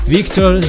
Victor